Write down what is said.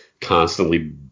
constantly